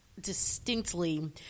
distinctly